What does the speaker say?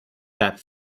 that